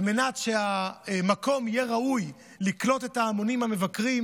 מנת שהמקום יהיה ראוי לקלוט את ההמונים המבקרים,